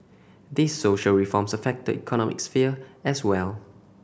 these social reforms affect the economic sphere as well